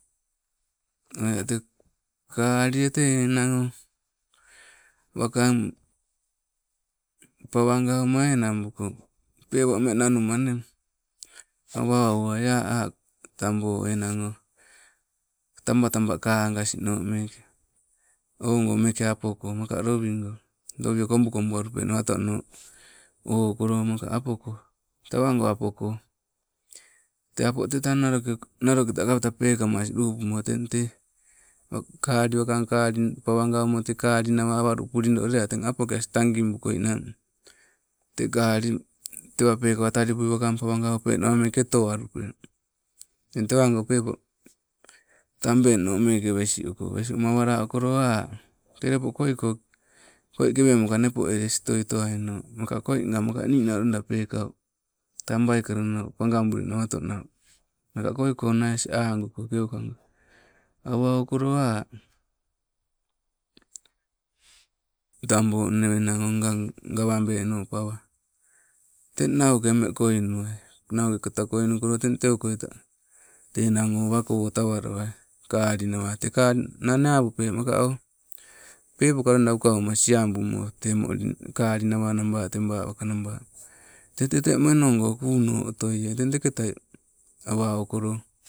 Kakalie te enang o waking pawa gauma enanagbuko, pepo meng nanuma ne, awa ouai a'- a' tabo enang o tabataba kagasno meke. Ogo meke apo ko naoo lowi go, lowie kobu kobu aluperawa tono, ouko lo maka apo ko, te go apo ko. Te apo te tang naloke naloketai kapta pekamas lupumo teng te kalali waking kali pawa gaume te kali nawa walu pulido lea teng apoke asing tabiguko imang, te kali. Tewa peekawa talipui waking pawa gaupenawa meke otoaupe, eng tewa go pepo tabeno meke wesi uko. Wesiuma awa lauko ha, te napo koike koi kewemoka nepoeles otoi towaino maka koi nga maka pekau tang waikai, pagabulee nawato nau naka koi konna asing ogu ko keuko go. Awa ouko lo tabo, nne enang oh ngang gawabeno pawa, teng nauke meng koinuwai. Nauke katta koinukolo teng tteukoitai te enang oh wako otawalowai, kali rawa. Te kali nang eh apup maka oh pepoka loida ukauma siabumo, te kali rawa raba wakanaba, tete te monogo kuuno otoi teng teketai awa oukolo